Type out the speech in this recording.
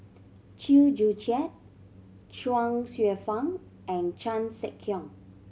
Chew Joo Chiat Chuang Hsueh Fang and Chan Sek Keong